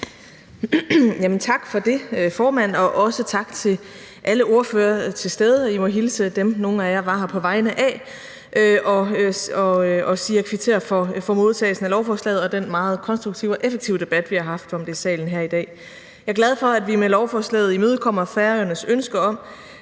Tak for det, formand, og også tak til alle ordførere til stede. I må hilse dem, nogle af jer var her på vegne af, og sige, at jeg kvitterer for modtagelsen af forslaget og den meget konstruktive og effektive debat, vi har haft om det her i salen i dag. Jeg er glad for, at vi med lovforslaget imødekommer Færøernes ønske om